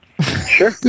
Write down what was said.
sure